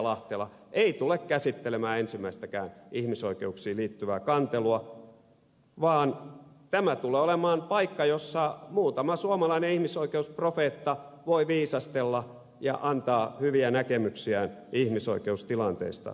lahtela ei tule käsittelemään ensimmäistäkään ihmisoikeuksiin liittyvää kantelua vaan tämä tulee olemaan paikka jossa muutama suomalainen ihmisoikeusprofeetta voi viisastella ja antaa hyviä näkemyksiään ihmisoikeustilanteesta suomessa